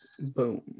boom